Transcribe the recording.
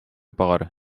paar